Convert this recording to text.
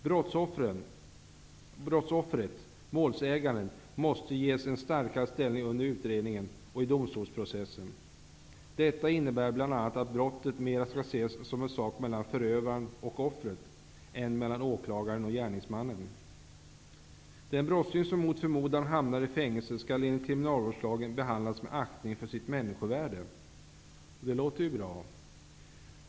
Brottsoffret, målsäganden, måste ges en starkare ställning under utredningen och i domstolsprocessen. Detta innebär bl.a. att brottet mera skall ses som en sak mellan förövaren och offret än mellan åklagaren och gärningsmannen. Den brottsling som mot förmodan hamnar i fängelse skall enligt kriminalvårdslagen behandlas med aktning för sitt människovärde, och det låter ju bra.